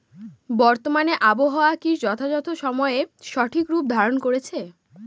বর্তমানে আবহাওয়া কি যথাযথ সময়ে সঠিক রূপ ধারণ করছে?